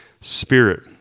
spirit